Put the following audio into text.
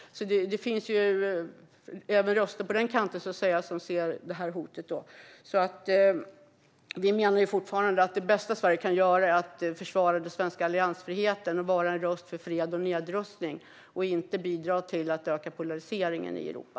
Det finns alltså röster även på den kanten som ser det hotet. Vi menar fortfarande att det bästa Sverige kan göra är att försvara den svenska alliansfriheten, vara en röst för fred och nedrustning och inte bidra till att öka polariseringen i Europa.